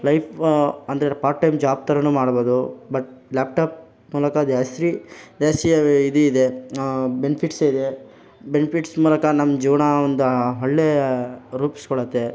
life ಅಂದರೆ part time job ಥರನು ಮಾಡ್ಬೋದು ಬಟ್ ಲ್ಯಾಪ್ಟಾಪ್ ಮೂಲಕ ಜಾಸ್ತಿ ಜಾಸ್ತಿ ಇದು ಇದೆ ಬೆನ್ಫಿಟ್ಸಿದೆ ಬೆನ್ಫಿಟ್ಸ್ ಮೂಲಕ ನಮ್ಮ ಜೀವ್ನ ಒಂದು ಒಳ್ಳೆ ರೂಪಿಸ್ಕೊಳ್ಳುತ್ತೆ